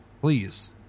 please